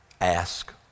Ask